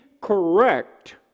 correct